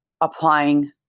applying